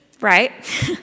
Right